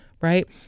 right